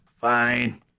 Fine